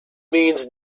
means